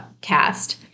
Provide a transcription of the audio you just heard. cast